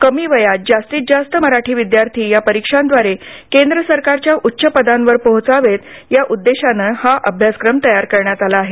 कमी वयात जास्तीत जास्त मराठी विद्यार्थी या परीक्षांद्वारे केंद्र सरकारच्या उच्च पदांवर पोहोचावेत या उद्देशाने हा अभ्यासक्रम तयार करण्यात आला आहे